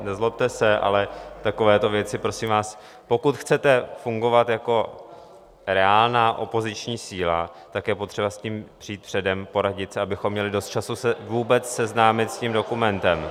Nezlobte se, ale takovéto věci, prosím vás pokud chcete fungovat jako reálná opoziční síla, tak je potřeba s tím přijít předem, poradit se, abychom měli dost času se vůbec seznámit s tím dokumentem.